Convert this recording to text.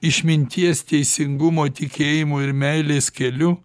išminties teisingumo tikėjimo ir meilės keliu